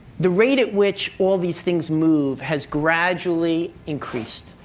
the rate at which all these things move has gradually increased